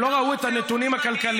הם לא ראו את הנתונים הכלכליים.